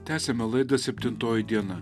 tęsiame laida septintoji diena